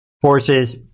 forces